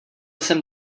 jsem